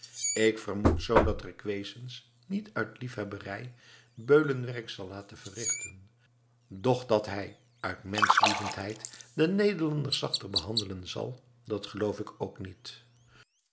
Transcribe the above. ik vermoed zoo dat requesens niet uit liefhebberij beulenwerk zal laten verrichten doch dat hij uit menschlievendheid de nederlanders zachter behandelen zal dat geloof ik ook niet